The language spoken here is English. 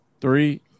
Three